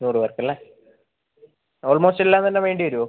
നൂറുപേർക്ക് അല്ലേ ഓൾമോസ്റ്റ് എല്ലാം തന്നെ വേണ്ടി വരുവോ